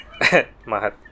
Mahat